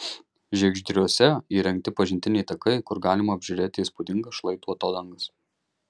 žiegždriuose įrengti pažintiniai takai kur galima apžiūrėti įspūdingas šlaitų atodangas